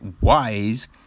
wise